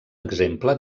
exemple